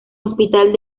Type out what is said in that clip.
hospital